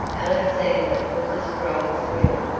alexander was a strong swimmer,